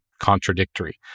contradictory